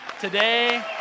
today